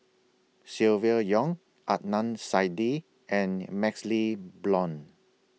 Silvia Yong Adnan Saidi and MaxLe Blond